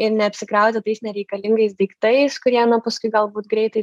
ir neapsikrauti tais nereikalingais daiktais kurie paskui galbūt greitai